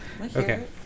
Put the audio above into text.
Okay